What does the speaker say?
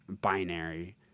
binary